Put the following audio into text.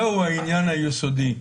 זהו העניין היסודי.